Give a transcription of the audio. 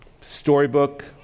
storybook